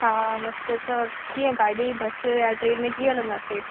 हा मस्त त कीअं गाॾी बस या ट्रेन में कीअं हलंदासीं